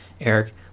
Eric